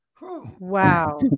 Wow